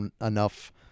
enough